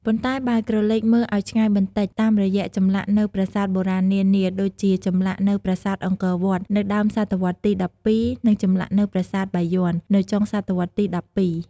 ប៉ុន្តែ បើក្រឡេកមើលឲ្យឆ្ងាយបន្តិច តាមរយៈចម្លាក់នៅប្រាសាទបុរាណនានា ដូចជាចម្លាក់នៅប្រាសាទអង្គរវត្ត នៅដើមសតវត្សរ៍ទី ១២ និងចម្លាក់នៅប្រាសាទបាយ័ន នៅចុងសតវត្សរ៍ទី ១២ ។